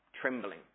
trembling